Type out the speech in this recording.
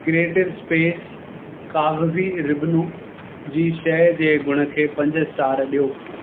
creative space काग़ज़ी रिबनूं जी शइ जे गुण खे पंज स्टार ॾियो